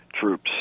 troops